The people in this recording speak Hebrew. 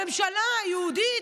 הממשלה היהודית,